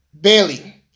Bailey